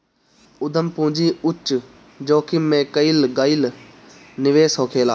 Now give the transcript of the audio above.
उद्यम पूंजी उच्च जोखिम में कईल गईल निवेश होखेला